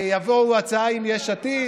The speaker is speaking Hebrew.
יבואו בהצעה עם יש עתיד.